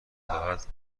خواد